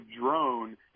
drone